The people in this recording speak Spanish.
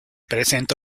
presenta